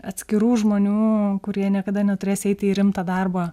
atskirų žmonių kurie niekada neturės eiti į rimtą darbą